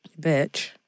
bitch